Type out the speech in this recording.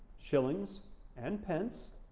shillings and pence.